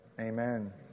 Amen